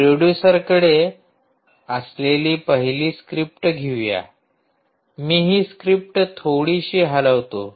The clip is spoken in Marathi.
प्रोड्युसरकडे असलेली पहिली स्क्रिप्ट घेऊया मी हि स्क्रिप्ट थोडीशी हलवतो